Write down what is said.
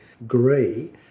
agree